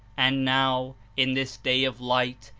and now, in this day of light,